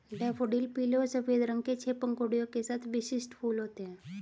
daffodil पीले और सफ़ेद रंग के छह पंखुड़ियों के साथ विशिष्ट फूल होते हैं